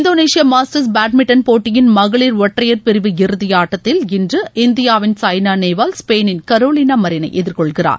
இந்தோனேஷிய masters badminton போட்டியின் மகளிர் ஒற்றையர் பிரிவு இறுதியாட்டத்தில் இன்று இந்தியாவின் சாய்னா நேவால் ஸ்பெயினின் கரோலினா மரீனை எதிர்கொள்கிறார்